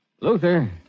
Luther